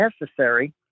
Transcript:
necessary